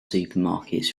supermarkets